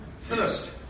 First